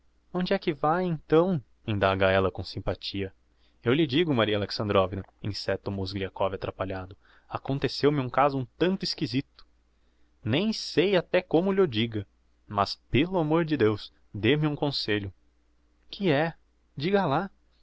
aonde é que vae então indaga ella com simpatia eu lhe digo maria alexandrovna enceta o mozgliakov atrapalhado aconteceu-me um caso um tanto esquisito nem sei até como lh'o diga mas pelo amor de deus dê-me um conselho que é diga lá